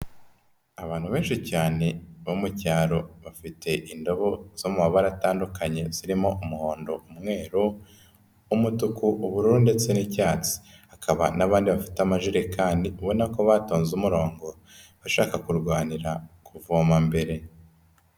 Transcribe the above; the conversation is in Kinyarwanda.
Abantu benshi cyane bo mu cyaro, bafite indabo zo mu mabara atandukanye, zirimo umuhondo, umwero, umutuku, ubururu ndetse n'icyatsiba n'abandi bafite amajerekani, ubona ko batonze umurongo, bashaka kurwanira kuvoma mbere.